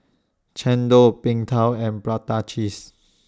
Chendol Png Tao and Prata Cheese